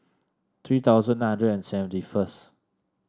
three thousand nine hundred and seventy first